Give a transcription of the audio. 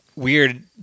weird